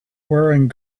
wearing